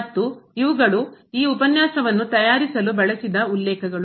ಮತ್ತು ಇವುಗಳು ಈ ಉಪನ್ಯಾಸವನ್ನು ತಯಾರಿಸಲು ಬಳಸಿದ ಉಲ್ಲೇಖಗಳು